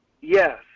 yes